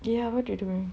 ya what you doing